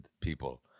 people